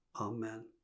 amen